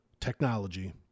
technology